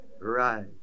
Right